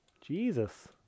Jesus